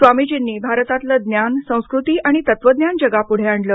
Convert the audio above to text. स्वामीजींनी भारतातलं ज्ञान संस्कृती तत्वज्ञान जगापुढे आणलं